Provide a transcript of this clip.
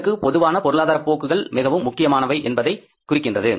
இதற்க்கு பொதுவான பொருளாதார போக்குகள் மிகவும் முக்கியமானவை என்பதை குறிக்கின்றது